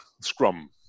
Scrum